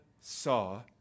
saw